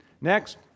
Next